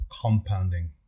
compounding